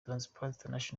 transparency